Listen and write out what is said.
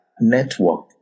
network